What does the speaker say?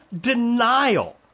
denial